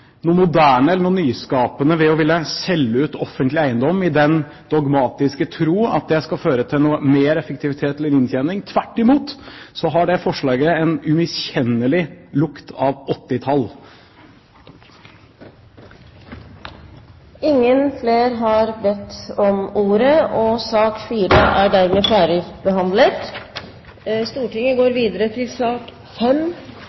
noe nytt, noe moderne eller noe nyskapende ved å ville selge ut offentlig eiendom i den dogmatiske tro at det skal føre til noe mer effektivitet eller inntjening. Tvert imot har det forslaget en umiskjennelig lukt av 80-tall. Flere har ikke bedt om ordet til sak